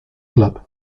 club